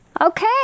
Okay